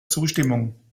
zustimmung